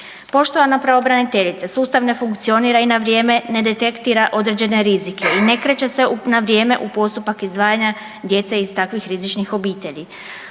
Poštovana pravobraniteljice sustav ne funkcionira i na vrijeme ne detektira određene rizike i ne kreće se na vrijeme u postupak izdvajanja djece iz takvih rizičnih obitelji.